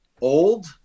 old